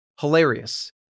hilarious